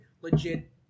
legit